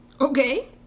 Okay